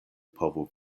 povu